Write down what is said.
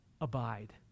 Abide